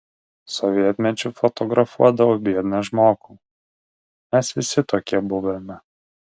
sovietmečiu fotografuodavau biedną žmogų mes visi tokie buvome